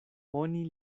oni